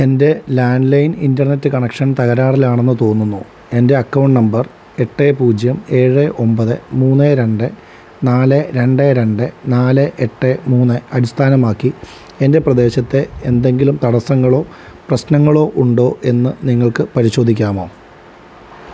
എൻ്റെ land line internet connection തകരാറിലാണെന്ന് തോന്നുന്നു എൻ്റെ അക്കൗണ്ട് നമ്പർ എട്ട് പൂജ്യം ഏഴ് ഒൻപത് മൂന്ന് രണ്ട് നാല് രണ്ട് രണ്ട് നാല് എട്ട് മൂന്ന് അടിസ്ഥാനമാക്കി എൻ്റെ പ്രദേശത്തെ എന്തെങ്കിലും തടസ്സങ്ങളോ പ്രശ്നങ്ങളോ ഉണ്ടോ എന്ന് നിങ്ങൾക്ക് പരിശോധിക്കാമോ